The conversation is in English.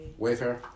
Wayfair